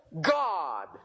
God